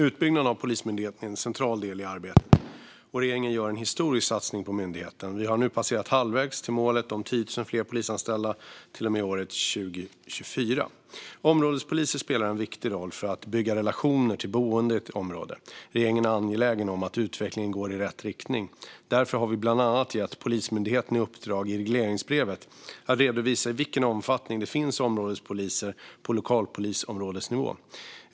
Utbyggnaden av Polismyndigheten är en central del i arbetet, och regeringen gör en historisk satsning på myndigheten. Vi har nu passerat halvvägs till målet om 10 000 fler polisanställda till och med år 2024. Områdespoliser spelar en viktig roll för att bygga relationer till boende i ett område. Regeringen är angelägen om att utvecklingen går i rätt riktning. Därför har vi bland annat gett Polismyndigheten i uppdrag i regleringsbrevet att redovisa i vilken omfattning det finns områdespoliser på lokalpolisområdesnivå.